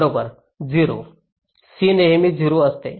बरोबर 0 c नेहमी 0 असते